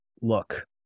look